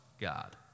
God